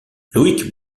loïc